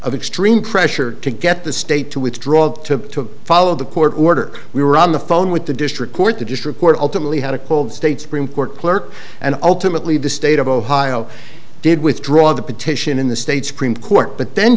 of extreme pressure to get the state to withdraw to follow the court order we were on the phone with the district court to just report ultimately had a cold state supreme court clerk and ultimately the state of ohio did withdraw the petition in the state supreme court but then